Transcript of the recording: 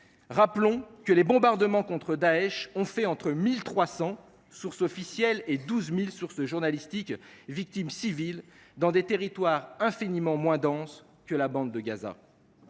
Rappelons que les bombardements contre Daech ont fait entre 1 300 – selon les sources officielles – et 12 000 – selon des sources journalistiques – victimes civiles, dans des territoires infiniment moins denses que la bande de Gaza.